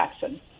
Jackson